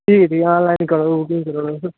ठीक ऐ ठीक ऐ आनलाइन करी ओड़ो तुस